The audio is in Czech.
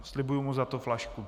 Slibuji mu za to flašku.